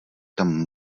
tam